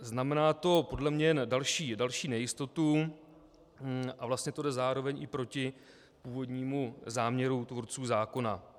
Znamená to podle mě další nejistotu a vlastně to jde zároveň i proti původnímu záměru tvůrců zákona.